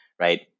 right